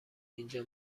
اینجا